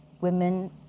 women